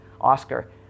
Oscar